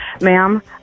Ma'am